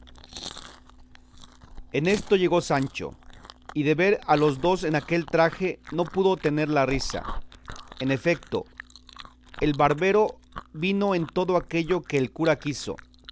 en esto llegó sancho y de ver a los dos en aquel traje no pudo tener la risa en efeto el barbero vino en todo aquello que el cura quiso